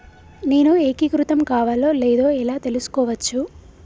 నేను ఏకీకృతం కావాలో లేదో ఎలా తెలుసుకోవచ్చు?